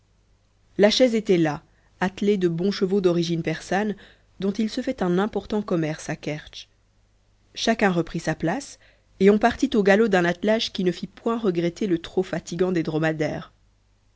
la chaise était là attelée de bons chevaux d'origine persane dont il se fait un important commerce à kertsch chacun reprit sa place et on partit au galop d'un attelage qui ne fit point regretter le trot fatigant des dromadaires